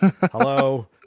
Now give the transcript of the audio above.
hello